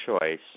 choice